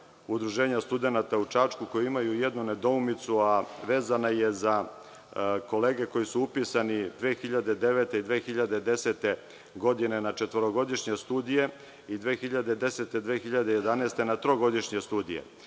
Udruženja studenata u Čačku koji imaju jednu nedoumicu, a vezana je za kolege koji su upisani 2009. godine i 2010. godine na četvorogodišnje studije i 2010. godine i 2011. godine na trogodišnje studije.